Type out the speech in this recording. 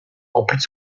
replient